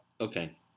Okay